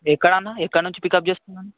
ఎక్కడ అన్న ఎక్కడ నుంచి పికప్ చేసుకున్న